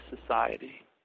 society